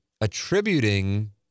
attributing